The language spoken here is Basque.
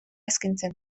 eskaintzen